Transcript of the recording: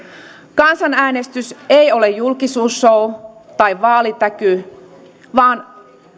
kansanäänestys ei ole julkisuusshow tai vaalitäky vaan